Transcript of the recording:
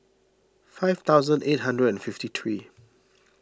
five thousand eight hundred and fifty three